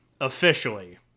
officially